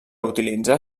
utilitzar